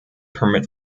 permit